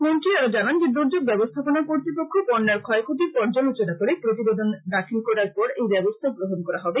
মন্ত্রী আরো জানান যে দুর্যোগ ব্যবস্থাপনা কতৃপক্ষ বন্যার ক্ষয়ক্ষতির পর্যালোচনা করে প্রতিবেদন জমা দাখিল করার জন্য এই ব্যবস্থা গ্রহণ করা হবে